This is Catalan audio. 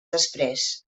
després